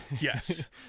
yes